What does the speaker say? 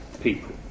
people